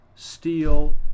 steel